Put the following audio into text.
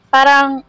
Parang